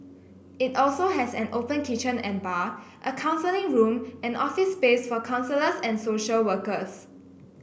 it also has an open kitchen and bar a counselling room and office space for counsellors and social workers